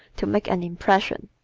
to make an impression.